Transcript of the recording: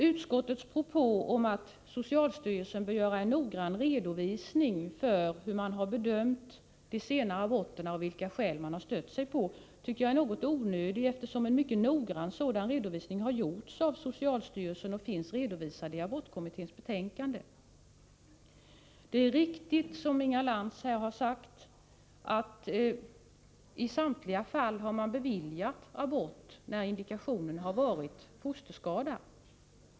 Utskottets propå att socialstyrelsen bör göra en noggrann redovisning av hur man har bedömt de sena aborterna och vilka skäl man har stött sig på är något onödig. En mycket noggrann sådan redovisning har ju gjorts av socialstyrelsen och finns redovisad i abortkommitténs betänkande. Det är riktigt, som Inga Lantz sade, att abort har beviljats i samtliga fall där indikationen har varit fosterskada.